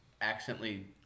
accidentally